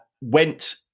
went